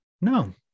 No